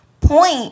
point